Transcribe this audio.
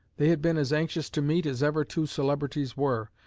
they had been as anxious to meet as ever two celebrities were,